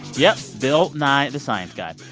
yep bill nye the science guy.